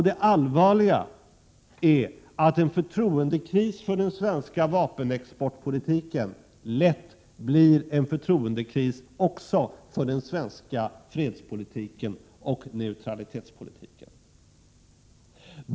Det allvarligaste är att en förtroendekris för den svenska vapenexportpolitiken lätt blir en förtroendekris också för den svenska fredspolitiken och neutralitetspolitiken.